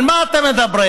על מה אתם מדברים?